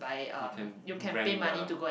you can rent the